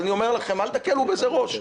אבל אני אומר לכם, אל תקלו בזה ראש.